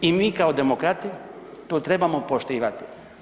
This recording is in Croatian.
I mi kao demokrati to trebamo poštivati.